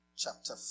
Chapter